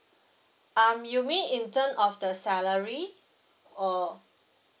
um you mean in terms of the salary or